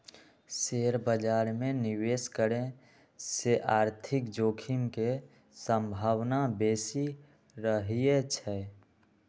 share बाजार में निवेश करे से आर्थिक जोखिम के संभावना बेशि रहइ छै